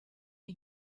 are